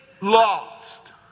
lost